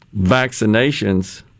vaccinations